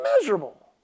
miserable